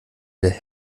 wieder